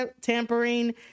tampering